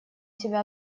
себя